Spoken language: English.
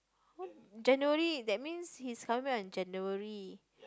January that means he's coming back on January